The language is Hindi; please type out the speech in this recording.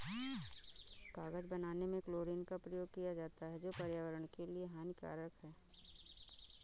कागज बनाने में क्लोरीन का प्रयोग किया जाता है जो पर्यावरण के लिए हानिकारक है